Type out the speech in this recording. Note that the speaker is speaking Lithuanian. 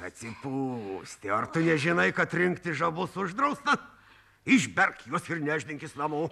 atsipūsti ar tu nežinai kad rinkti žabus uždrausta išberk juos ir nešdinkis namo